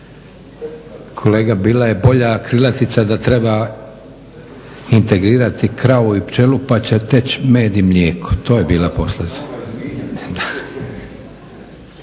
Kolega bila je bolja krilatica da treba integrirati kravu i pčelu pa će teći med i mlijeko. To je bila poslovica.